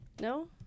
No